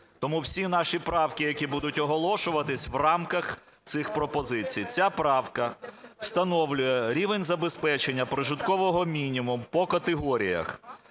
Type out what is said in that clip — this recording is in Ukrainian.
Тому всі наші правки, які будуть оголошуватись, в рамках цих пропозицій. Ця правка встановлює рівень забезпечення прожиткового мінімуму по категоріях